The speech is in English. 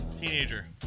teenager